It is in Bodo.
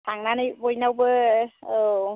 थांनानै बयनावबो औ